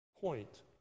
point